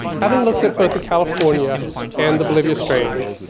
having looked at both the california and the bolivia strains,